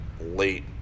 late